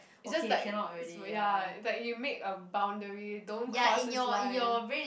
it's just that so ya that you make a boundary don't cross this line